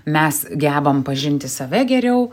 mes gebam pažinti save geriau